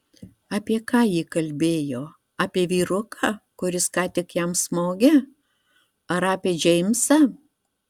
apie ką ji kalbėjo apie vyruką kuris ką tik jam smogė ar apie džeimsą